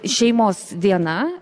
šeimos diena